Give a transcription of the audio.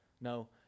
No